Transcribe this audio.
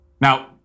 Now